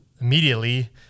immediately